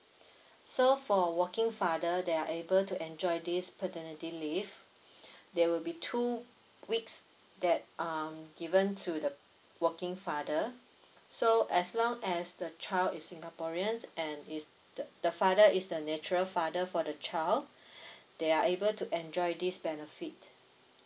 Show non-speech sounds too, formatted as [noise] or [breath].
[breath] so for working father they are able to enjoy this paternity leave [breath] there will be two weeks that um given to the working father so as long as the child is singaporeans and is the the father is the natural father for the child [breath] they are able to enjoy this benefit